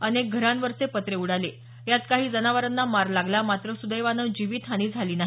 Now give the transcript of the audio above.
अनेक घरांवरचे पत्रे उडाले यात काही जनावरांना मार लागला मात्र सुदैवाने जीवित हानी झाली नाही